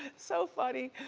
so funny,